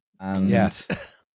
Yes